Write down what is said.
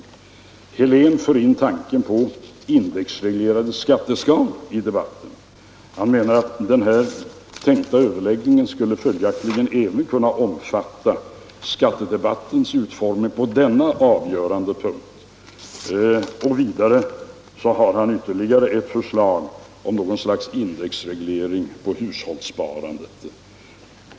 Herr Helén för in i debatten tanken på indexreglering av skatteskalor. Om åtgärder för att Han menar följaktligen att den tänkta överläggningen även skulle kunna — dämpa inflationen, omfatta skattepolitikens utformning på denna avgörande punkt. Han har — m.m. vidare förslag om något slags indexreglering av hushållssparandet.